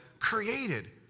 created